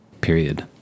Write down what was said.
period